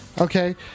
okay